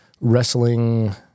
wrestling